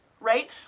right